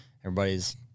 everybody's